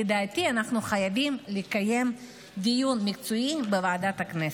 לדעתי אנו חייבים לקיים דיון מקצועי בוועדת הכנסת.